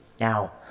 Now